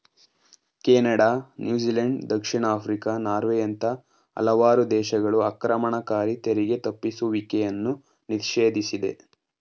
Canada, New Zealand, ದಕ್ಷಿಣ Africa, ನಾರ್ವೆಯಂತ ಹಲವಾರು ದೇಶಗಳು ಆಕ್ರಮಣಕಾರಿ ತೆರಿಗೆ ತಪ್ಪಿಸುವಿಕೆಯನ್ನು ನಿಷೇಧಿಸಿದೆ